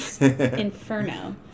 Inferno